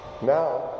Now